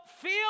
feel